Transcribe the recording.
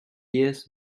years